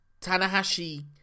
Tanahashi